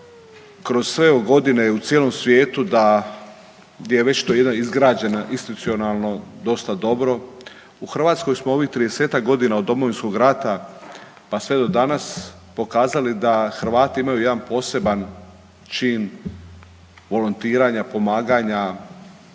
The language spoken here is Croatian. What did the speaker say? kroz sve ove godine u cijelom svijetu da gdje je već to jedno izgrađeno institucionalno dosta dobro. U Hrvatskoj smo u ovih 30-ak godina od Domovinskog rata pa sve do danas pokazali da Hrvati imaju jedan poseban čin volontiranja, pomaganja,